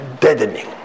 deadening